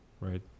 right